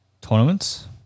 tournaments